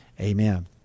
Amen